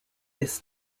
this